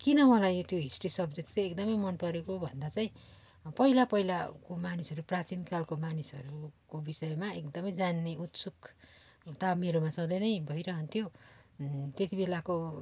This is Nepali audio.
किन मलाई त्यो हिस्ट्री सब्जेक्ट चाहिँ एकदम मन परेको भन्दा चाहिँ पहिला पहिलाको मानिसहरू प्राचीनकालको मानिसहरूको विषयमा एकदम जान्ने उत्सुकता मेरोमा सधैँ नै भइरहन्थ्यो त्यति बेलाको